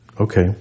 okay